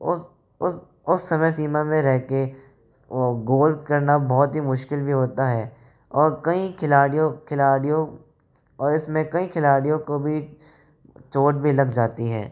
उस उस उस समय सीमा में रह के वो गोल करना बहुत ही मुश्किल भी होता है और कई खिलाड़ियों खिलाड़ियों और इसमें कई खिलाड़ियों को भी चोट भी लग जाती है